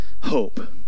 hope